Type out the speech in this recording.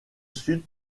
sud